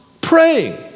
praying